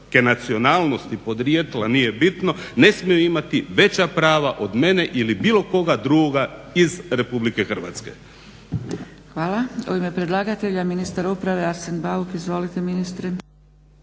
Hvala. U ime predlagatelja ministar uprave Arsen Bauk. Izvolite ministre.